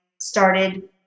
started